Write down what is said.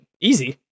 easy